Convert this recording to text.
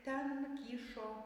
ten kyšo